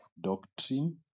doctrine